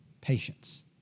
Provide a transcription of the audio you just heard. patience